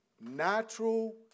natural